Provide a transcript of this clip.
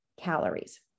calories